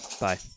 bye